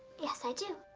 yes, i do.